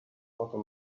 oder